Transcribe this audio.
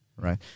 right